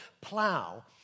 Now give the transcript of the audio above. plow